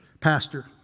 pastor